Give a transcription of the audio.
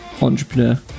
Entrepreneur